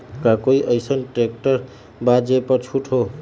का कोइ अईसन ट्रैक्टर बा जे पर छूट हो?